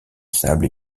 sable